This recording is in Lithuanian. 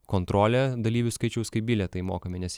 kontrolė dalyvių skaičiaus kai bilietai mokami nes